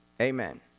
Amen